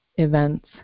events